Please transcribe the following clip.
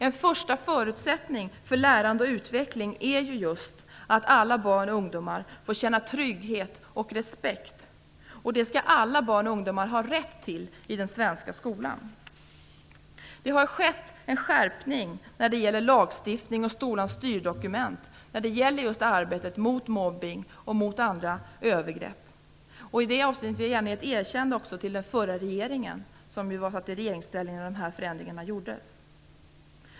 En första förutsättning för lärande och utveckling är att alla barn och ungdomar får känna trygghet och respekt, och det skall alla barn och ungdomar ha rätt till i den svenska skolan. Det har skett en skärpning när det gäller lagstiftning och skolans styrdokument i fråga om just arbetet mot mobbning och andra övergrepp. I det avseendet vill jag gärna ge ett erkännande till den förra regeringen, som ju befann sig i regeringsställning när de här förändringarna genomfördes.